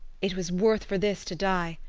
it was worth for this to die!